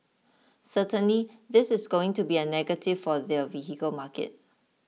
certainly this is going to be a negative for their vehicle market